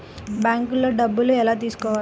బ్యాంక్లో డబ్బులు ఎలా తీసుకోవాలి?